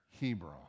Hebron